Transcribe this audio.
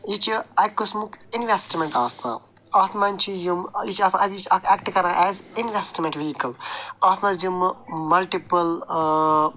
یہ چھِ اَکہِ قٕسمُک اِنوٮ۪سٹٕمٮ۪نٛٹ آسان اَتھ منٛز چھِ یِم یہِ چھِ آسان یہِ چھِ اَکھ اٮ۪کٹ کران ایز اِنوٮ۪سٹٕمٮ۪نٛٹ ویٖکٕل اَتھ منٛز یِمہٕ بہٕ ملٹِپٕل